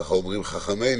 כפי שאומרים חכמינו,